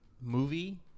movie